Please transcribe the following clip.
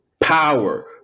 power